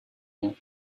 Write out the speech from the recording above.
you